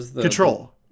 Control